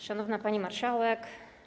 Szanowna Pani Marszałek!